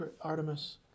Artemis